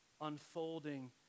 unfolding